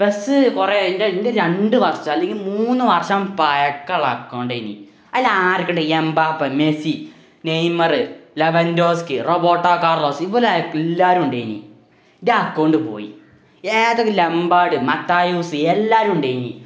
pes കുറേ എൻ്റെ എൻ്റെ രണ്ടു വർഷം അല്ലെങ്കിൽ മൂന്നു വർഷം പക്കാ അക്കൗണ്ടാക്കീനീ അതിലാർക്കിട്ട് Mbappe Messi Neymar Lewandowski Roberto Carlos ഇവരെല്ലാം ഉണ്ടിനി ൻറ്റ അക്കൗണ്ട് പോയി എതാൻ ലംബാഡ് മത്താ യുസി എല്ലാരുണ്ടിനി